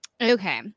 Okay